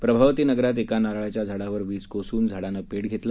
प्रभावती नगरात एका नारळाच्या झाडावर वीज कोसळून झाडाने पेट घेतला